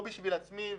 לא בשביל עצמי.